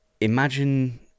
Imagine